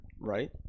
Right